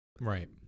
Right